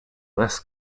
less